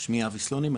שמי אבי סלונים,